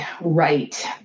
right